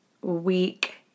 week